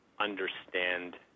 understand